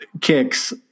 kicks